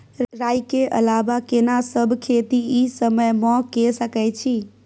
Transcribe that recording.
राई के अलावा केना सब खेती इ समय म के सकैछी?